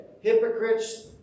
hypocrites